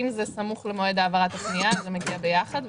אם זה סמוך למועד העברת הפנייה אז זה מגיע ביחד,